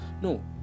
no